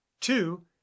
Two